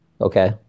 okay